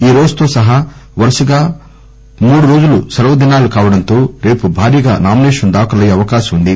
ఈరోజుతో సహా వరసగా మూడు రోజులు సెలవు దినాలు కావడంతో రేపు భారీగా నామినేషన్లు దాఖలు అయ్యే అవకాశం ఉంది